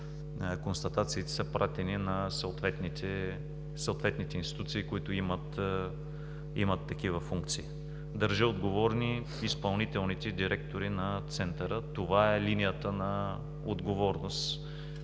констатациите са пратени на съответните институции, които имат такива функции. Държа отговорни изпълнителните директори на Центъра. Това е линията на отговорност,